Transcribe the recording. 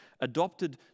adopted